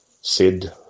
Sid